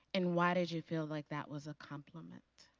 and, why did you feel like that was a compliment?